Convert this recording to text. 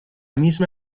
misma